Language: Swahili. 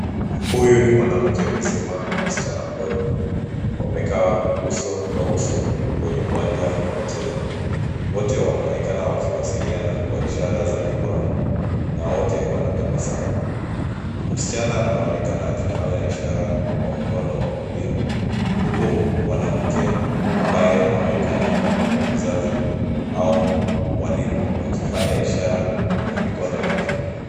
Huyu ni mwanamke mzima na msichana mdogo, wamekaa uso kwa uso, kwenye uwanja wa michezo. Wote wanaonekana wakiwasiliana kwa ishara za mikono na wote wanatabasamu. Msichana anaonekana akifanya ishara kwa mkono wa kulia, huku mwanamke ambaye anaonekana kama mzazi au mwalimu akifanya ishara na mikono yake.